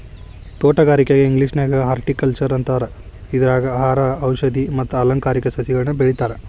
ತೋಟಗಾರಿಕೆಗೆ ಇಂಗ್ಲೇಷನ್ಯಾಗ ಹಾರ್ಟಿಕಲ್ಟ್ನರ್ ಅಂತಾರ, ಇದ್ರಾಗ ಆಹಾರ, ಔಷದಿ ಮತ್ತ ಅಲಂಕಾರಿಕ ಸಸಿಗಳನ್ನ ಬೆಳೇತಾರ